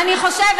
ואני חושבת